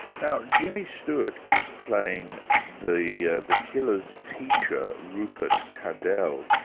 now jimmy stewart is playing the yeah the killer's teacher, rupert cadell,